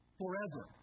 forever